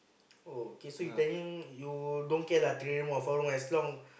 oh okay so you planing you don't care lah three room or four room as long